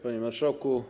Panie Marszałku!